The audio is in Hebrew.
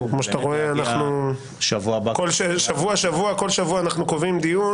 כמו שאתה רואה כל שבוע אנחנו קובעים דיון